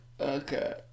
Okay